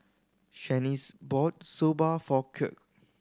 Shanice bought Soba for Kirk